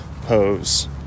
pose